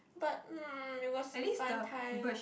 but mm it was fun time